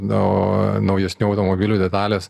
na o naujesnių automobilių detalės